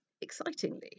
excitingly